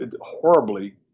horribly